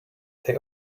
they